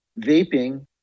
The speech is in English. vaping